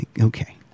Okay